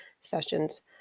sessions